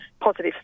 positive